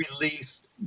released